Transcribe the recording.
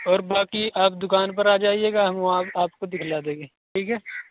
اور باقی آپ دکان پر آ جائیے گا ہم وہاں پہ آپ کو دکھلا دیں گے ٹھیک ہے